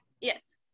yes